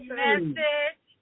message